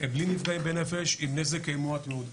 בלי נפגעים בנפש עם נזק מועט מאוד.